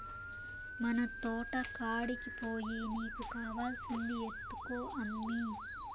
మన తోటకాడికి పోయి నీకు కావాల్సింది ఎత్తుకో అమ్మీ